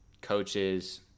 Coaches